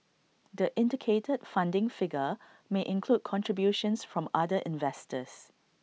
the indicated funding figure may include contributions from other investors